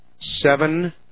seven